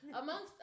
amongst